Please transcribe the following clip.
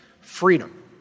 freedom